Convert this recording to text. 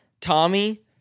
Tommy